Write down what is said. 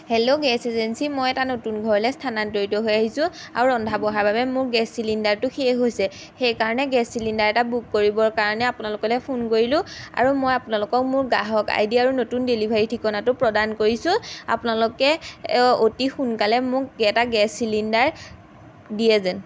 hello gas agency মই এটা নতুন ঘৰলৈ স্থানান্তৰিত হৈ আহিছোঁ আৰু ৰন্ধা বঢ়াৰ বাবে মোৰ গেছ চিলিণ্ডাৰটো শেষ হৈছে সেইকাৰণে গেছ চিলিণ্ডাৰ এটা বুক কৰিবৰ কাৰণে আপোনালোকলৈ ফোন কৰিলোঁ আৰু মই আপোনালোকক মোৰ গ্ৰাহক আইডি আৰু নতুন ডেলিভাৰী ঠিকনাটো প্ৰদান কৰিছোঁ আপোনালোকে অতি সোনকালে মোক এটা গেছ চিলিণ্ডাৰ দিয়ে যেন